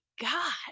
God